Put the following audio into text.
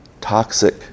toxic